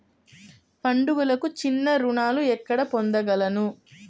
పండుగలకు చిన్న రుణాలు ఎక్కడ పొందగలను?